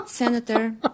Senator